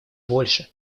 больше